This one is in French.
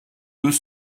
deux